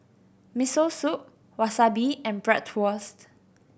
Miso Soup Wasabi and Bratwurst